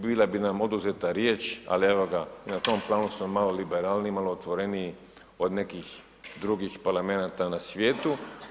Bile bi nam oduzeta riječ, ali evo ga i na tom planu smo mali liberalniji, malo otvoreniji od nekih drugih parlamenata na svijetu.